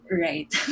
right